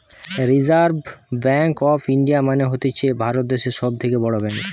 reserve bank of India মানে হতিছে ভারত দ্যাশের সব থেকে বড় ব্যাঙ্ক